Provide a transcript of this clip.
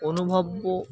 অনুভব্য